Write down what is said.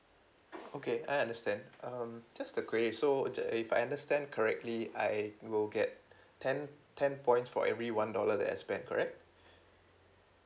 okay I understand um just to query so that if I understand correctly I will get ten ten points for every one dollar that I spent correct